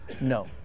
No